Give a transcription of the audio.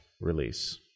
release